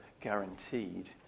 guaranteed